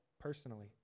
personally